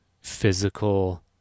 physical